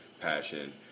passion